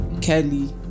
Kelly